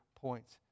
points